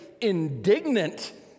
indignant